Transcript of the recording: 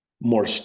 more